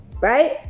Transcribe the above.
Right